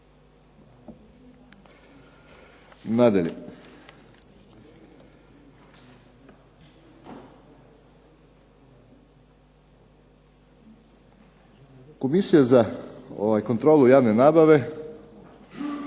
Komisija za kontrolu javne nabave